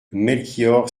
melchior